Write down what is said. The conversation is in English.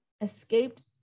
escaped